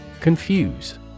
Confuse